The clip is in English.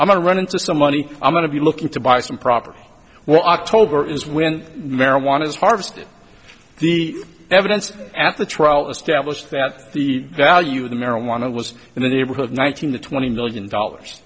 i'm going to run into some money i'm going to be looking to buy some property well october is when marijuana is harvested the evidence at the trial established that the value of the marijuana was in the neighborhood nine hundred twenty million dollars